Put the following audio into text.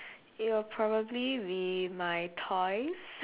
it will probably be my toys